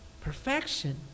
Perfection